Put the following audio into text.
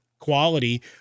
quality